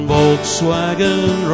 Volkswagen